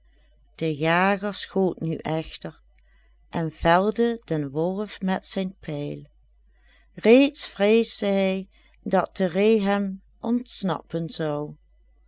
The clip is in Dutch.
de jager schoot nu echter en velde den wolf met zijn pijl reeds vreesde hij dat de ree hem ontsnappen zou